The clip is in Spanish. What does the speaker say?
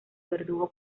verdugo